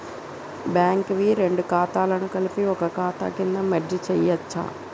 Bank వి రెండు ఖాతాలను కలిపి ఒక ఖాతా కింద మెర్జ్ చేయచ్చా?